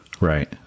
right